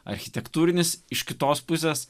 architektūrinis iš kitos pusės